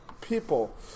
people